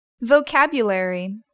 vocabulary